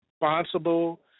responsible